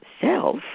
self